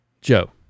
Joe